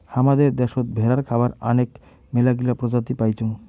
হামাদের দ্যাশোত ভেড়ার খাবার আনেক মেলাগিলা প্রজাতি পাইচুঙ